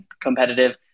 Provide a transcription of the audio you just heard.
competitive